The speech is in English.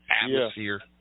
atmosphere